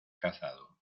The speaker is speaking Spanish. cazado